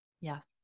Yes